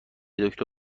دکتر